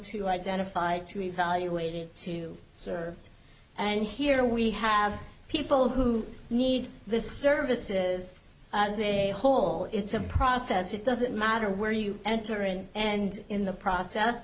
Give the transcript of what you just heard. to identify to evaluated to serve and here we have people who need the services as a whole it's a process it doesn't matter where you enter in and in the process